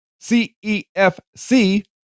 CEFC